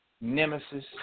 Nemesis